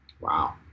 Wow